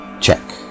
Check